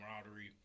camaraderie